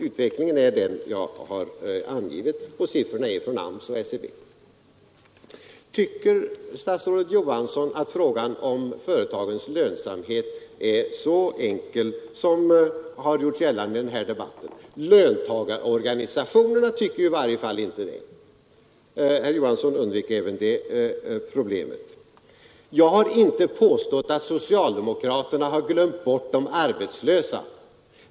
Utvecklingen är den jag har angivit, och siffrorna kommer från AMS och SCB. Tycker statsrådet Johansson att frågan om företagens lönsamhet är så enkel som har gjorts gällande i den här debatten? Löntagarorganisationerna tycker i varje fall inte det. Herr Johansson undvek även detta problem. Jag har inte påstått att socialdemokraterna glömt bort de arbetslösa.